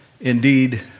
indeed